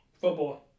Football